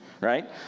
Right